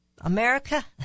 America